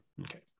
Okay